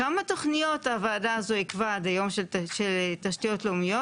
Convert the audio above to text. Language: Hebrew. כמה תוכניות הוועדה הזאת עיכבה עד היום של תשתיות לאומיות?